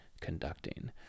conducting